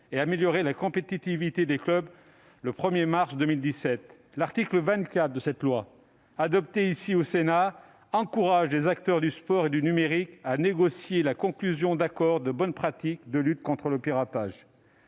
et à améliorer la compétitivité des clubs. L'article 24 de cette loi, adopté ici au Sénat, encourage les acteurs du sport et du numérique à négocier la conclusion d'accords de bonnes pratiques de lutte contre le piratage.